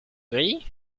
gris